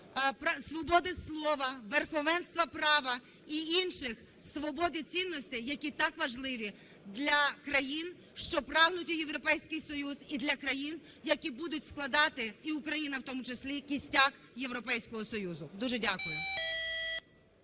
свободи слова, верховенства права і інших свобод і цінностей, які так важливі для країн, що прагнуть в Європейський Союз, і для країн, які будуть складати, і Україна в тому числі, кістяк Європейського Союзу. Дуже дякую.